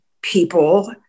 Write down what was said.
people